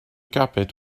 carpet